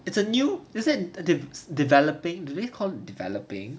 it's a new this [one] is developing do they call developing